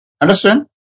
Understand